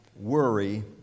worry